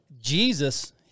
Jesus